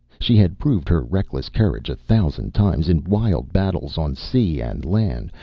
she had proved her reckless courage a thousand times in wild battles on sea and land,